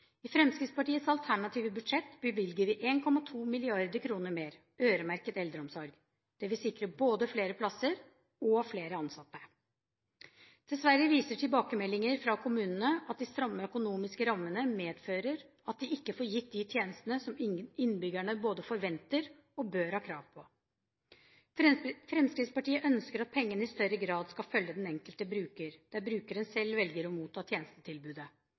I Fremskrittspartiets alternative budsjett bevilger vi 1,2 mrd. kr mer, som er øremerket eldreomsorg. Det vil sikre både flere plasser og flere ansatte. Dessverre viser tilbakemeldinger fra kommunene at de stramme økonomiske rammene medfører at de ikke får gitt de tjenestene som innbyggerne både forventer og bør ha krav på. Fremskrittspartiet ønsker at pengene i større grad skal følge den enkelte bruker der brukeren selv velger å motta tjenestetilbudet.